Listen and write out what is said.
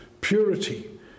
purity